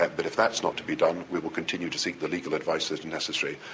but but if that's not to be done, we will continue to seek the legal advices necessary.